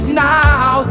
now